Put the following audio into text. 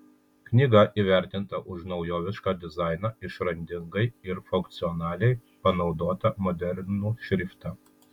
knyga įvertinta už naujovišką dizainą išradingai ir funkcionaliai panaudotą modernų šriftą